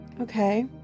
Okay